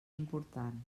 important